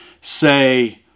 say